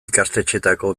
ikastetxeetako